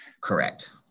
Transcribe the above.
Correct